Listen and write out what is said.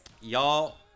y'all